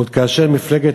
עוד כאשר מפלגת